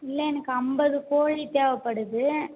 இல்லை எனக்கு ஐம்பது கோழி தேவைப்படுது